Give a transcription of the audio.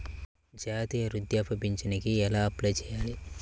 జాతీయ వృద్ధాప్య పింఛనుకి ఎలా అప్లై చేయాలి?